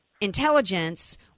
intelligence